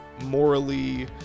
morally